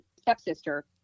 stepsister